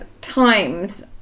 times